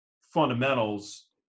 fundamentals